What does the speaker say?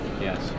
Yes